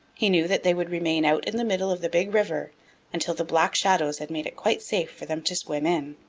he knew that they would remain out in the middle of the big river until the black shadows had made it quite safe for them to swim in.